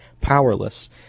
powerless